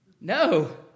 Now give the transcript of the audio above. No